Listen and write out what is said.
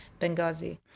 Benghazi